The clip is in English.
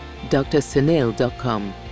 drsunil.com